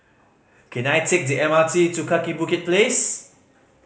can I take the M R T to Kaki Bukit Place